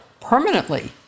permanently